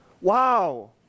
wow